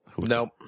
Nope